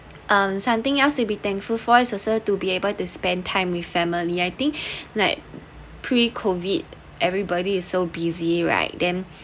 um something else to be thankful for also to be able to spend time with family I think like pre COVID everybody is so busy right then